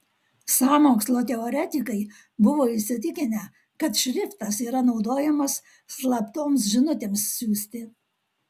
sąmokslo teoretikai buvo įsitikinę kad šriftas yra naudojamas slaptoms žinutėms siųsti